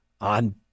On